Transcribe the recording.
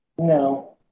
No